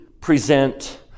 present